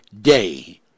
day